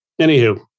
anywho